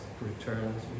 returns